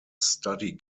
study